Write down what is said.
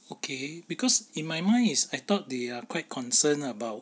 okay because in my mind is I thought they are quite concerned about